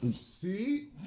see